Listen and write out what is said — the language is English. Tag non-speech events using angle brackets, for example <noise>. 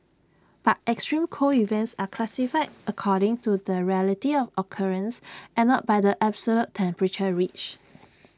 but extreme cold events are classified according to the rarity of occurrence and not by the absolute temperature reached <noise>